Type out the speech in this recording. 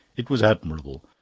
it was admirable.